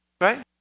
Right